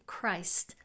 Christ